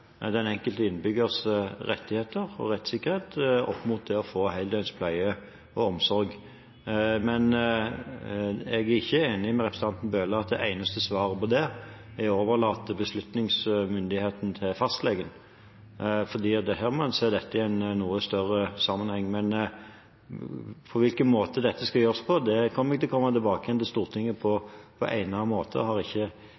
den enkelte innbyggers rettigheter og rettssikkerhet med tanke på å få heldøgns pleie og omsorg. Men jeg er ikke enig med representanten Bøhler i at det eneste svaret på det er å overlate beslutningsmyndigheten til fastlegen, for dette må man se i en noe større sammenheng. På hvilken måte dette skal gjøres, kommer jeg til å komme tilbake til Stortinget med på en eller annen måte. Jeg har ikke